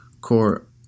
court